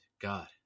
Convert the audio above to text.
God